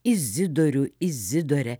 izidorių izidorę